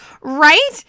Right